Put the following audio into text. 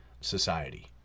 society